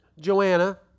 joanna